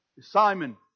Simon